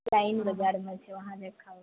line बजारमे छै वहाँ जे खाओ